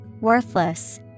Worthless